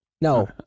No